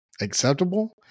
acceptable